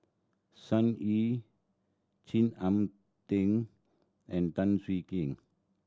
Sun Yee Chin Arn Ting and Tan Swie Kian